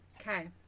Okay